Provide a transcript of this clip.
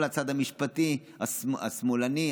כל הצד המשפטי השמאלני,